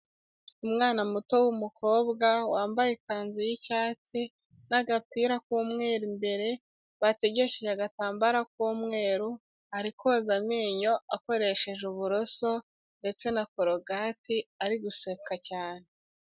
Umwana muto w'umukobwa wambaye ikanzu y'icyatsi n'agapira k'umweru imbere, bategesheje agatambaro k'umweru, ari koza amenyo akoresheje uburoso ndetse na korogati, ari guseka cyane.